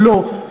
"לא,